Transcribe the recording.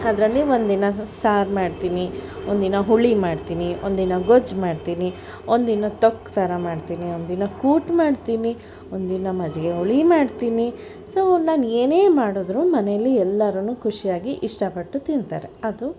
ಅದರಲ್ಲಿ ಒಂದಿನ ಸಾರು ಮಾಡ್ತೀನಿ ಒಂದಿನ ಹುಳಿ ಮಾಡ್ತೀನಿ ಒಂದಿನ ಗೊಜ್ಜು ಮಾಡ್ತೀನಿ ಒಂದಿನ ತೊಕ್ಕು ಥರ ಮಾಡ್ತೀನಿ ಒಂದಿನ ಕೂಟ್ ಮಾಡ್ತೀನಿ ಒಂದಿನ ಮಜ್ಜಿಗೆ ಹುಳಿ ಮಾಡ್ತೀನಿ ಸೊ ನಾನು ಏನೇ ಮಾಡಿದರೂ ಮನೇಲಿ ಎಲ್ಲರೂ ಖುಷಿಯಾಗಿ ಇಷ್ಟಪಟ್ಟು ತಿಂತಾರೆ ಅದು